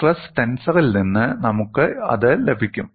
stress ടെൻസറിൽ നിന്ന് നമുക്ക് അത് ലഭിക്കും